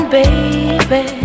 baby